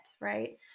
right